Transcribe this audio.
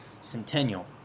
Centennial